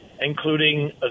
including